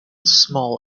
small